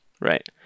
right